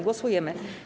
Głosujemy.